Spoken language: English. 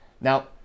Now